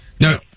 no